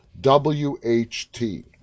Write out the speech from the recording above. WHT